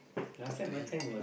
up to him